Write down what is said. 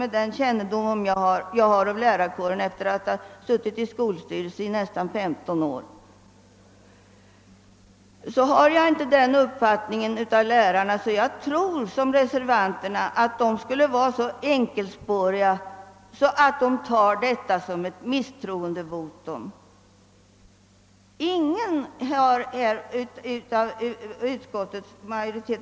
Med den kännedom jag har om lärarkåren efter att ha suttit i skolstyrelsen i nära 15 år tror jag inte som reservanterna att lärarna skulle vara så enkelspåriga att de uppfattar förslaget som ett misstroendevotum.